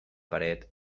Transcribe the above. paret